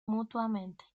mutuamente